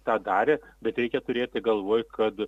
tą darė bet reikia turėti galvoj kad